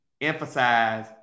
emphasize